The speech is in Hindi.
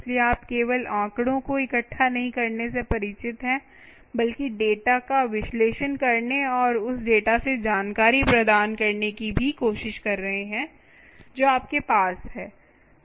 इसलिए आप केवल आंकड़ों को इकट्ठा नहीं करने से परिचित हैं बल्कि डेटा का विश्लेषण करने और उस डेटा से जानकारी प्रदान करने की भी कोशिश कर रहे हैं जो आपके पास है